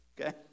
Okay